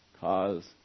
cause